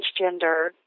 transgender